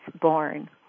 born